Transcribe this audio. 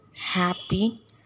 happy